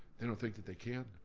they don't think that they can.